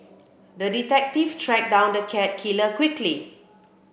the detective tracked down the cat killer quickly